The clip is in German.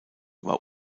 war